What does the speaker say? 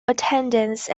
attendance